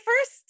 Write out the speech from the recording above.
first